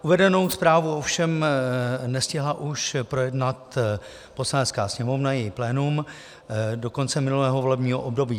Uvedenou zprávu ovšem nestihla už projednat Poslanecká sněmovna, její plénum, do konce minulého volebního období.